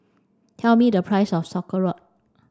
tell me the price of Sauerkraut